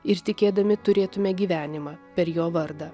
ir tikėdami turėtume gyvenimą per jo vardą